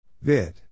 Vid